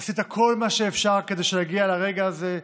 עשית כל מה שאפשר כדי שנגיע לרגע הזה.